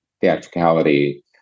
theatricality